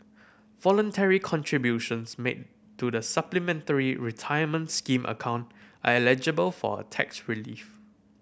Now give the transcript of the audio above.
voluntary contributions made to the Supplementary Retirement Scheme account are eligible for a tax relief